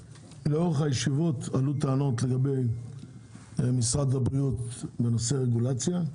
בישיבות שהיו עלו טענות לגבי משרד הבריאות בנושא הרגולציה.